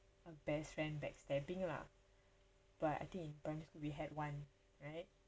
a best friend backstabbing lah but I think in primary school we had one right